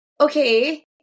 okay